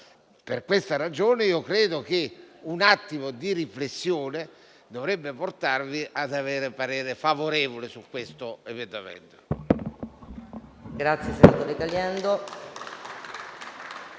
Per questa ragione, io credo che un attimo di riflessione dovrebbe portarvi ad esprimere parere favorevole su questo emendamento.